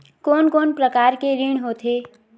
कोन कोन प्रकार के ऋण होथे?